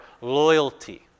loyalty